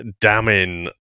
damning